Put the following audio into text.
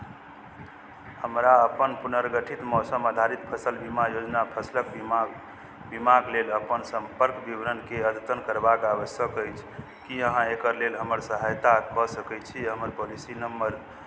हमरा अपन पुनर्गठित मौसम आधारित फसल बीमा योजना फसलक बीमा बीमाक लेल अपन सम्पर्क विवरणकेँ अद्यतन करबाक आवश्यक अछि की अहाँ एकरा लेल हमर सहायता कऽ सकैत छी हमर पॉलिसी नम्बर